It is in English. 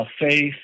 faith